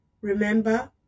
Remember